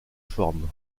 forme